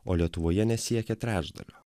o lietuvoje nesiekia trečdalio